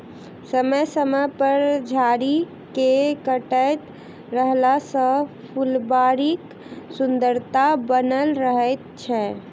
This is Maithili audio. समय समय पर झाड़ी के काटैत रहला सॅ फूलबाड़ीक सुन्दरता बनल रहैत छै